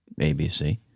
abc